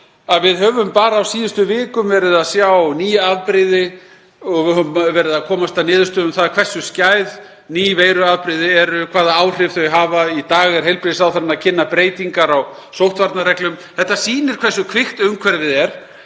að við höfum bara á síðustu vikum verið að sjá ný afbrigði og við höfum verið að komast að niðurstöðu um það hversu skæð ný veiruafbrigði eru og hvaða áhrif þau hafa. Í dag er heilbrigðisráðherra að kynna breytingar á sóttvarnareglum. Þetta sýnir hversu kvikt umhverfið er